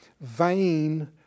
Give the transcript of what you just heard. vain